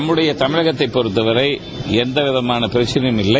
நம்முடைய தமிழகத்தை பொறுத்த வரை எந்தவிதமான பிரச்சினையும் இல்லை